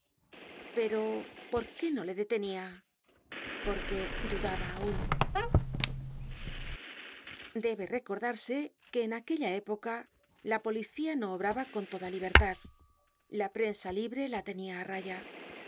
pero por qué no le detenia porque dudaba aun debe recordarse que en aquella época la policía no obraba con toda libertad la prensa libre la tenia á raya